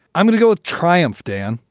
i'm going to go with triumph, dan.